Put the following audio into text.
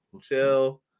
chill